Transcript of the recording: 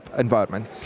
environment